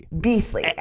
Beastly